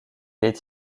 est